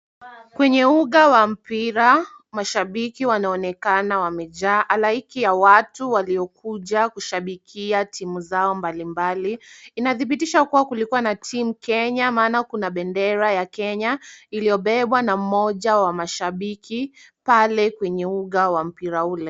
Kwenye uga wa mpira mashabiki wanaonekana wamejaa. Halaiki ya watu waliokuja kushabikia timu zao mbalimbali. Inadhibitisha kuwa kulikuwa na team Kenya maana kuna bendera ya Kenya iliyobebwa na mmoja wa mashabiki pale kwenye uga wa mpira ule.